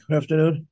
afternoon